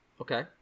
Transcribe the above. Okay